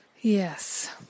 Yes